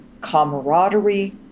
camaraderie